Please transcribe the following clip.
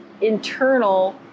internal